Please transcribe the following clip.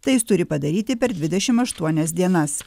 tai jis turi padaryti per dvidešim aštuonias dienas